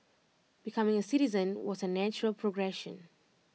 becoming A citizen was A natural progression